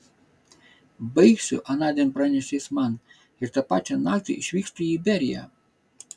baigsiu anądien pranešė jis man ir tą pačią naktį išvykstu į iberiją